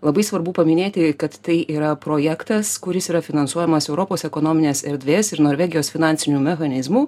labai svarbu paminėti kad tai yra projektas kuris yra finansuojamas europos ekonominės erdvės ir norvegijos finansinių mechanizmų